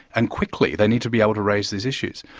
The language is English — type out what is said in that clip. and quickly. they need to be able to raise these issues.